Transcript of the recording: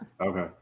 Okay